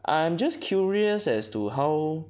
I am just curious as to how